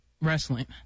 Wrestling